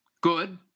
good